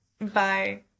Bye